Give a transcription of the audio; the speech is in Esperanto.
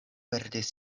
perdis